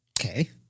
Okay